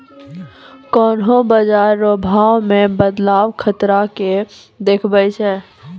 कोन्हों बाजार रो भाव मे बदलाव खतरा के देखबै छै